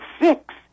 six